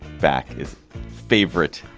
back is favorite